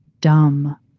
Dumb